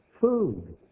food